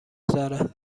داره